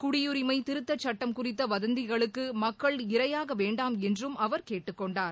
குடியுரிமை திருத்தச்சட்டம் குறித்த வதந்திகளுக்கு மக்கள் இரையாக வேண்டாம் என்றும் அவர் கேட்டுக்கொண்டார்